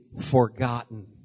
forgotten